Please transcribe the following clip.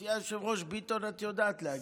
גברתי היושבת-ראש, ביטון את יודעת להגיד.